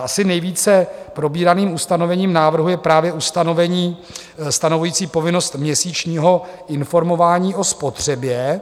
Asi nejvíce probíraným ustanovením návrhu je právě ustanovení stanovující povinnost měsíčního informování o spotřebě.